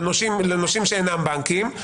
לנושים שאינם בנקים,